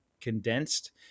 condensed